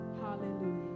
Hallelujah